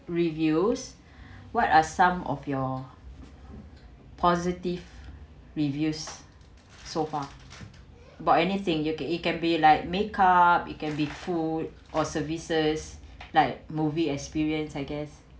reviews what are some of your positive reviews so far about anything you can it can be like makeup it can be food or services like movie experience I guess